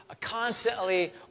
constantly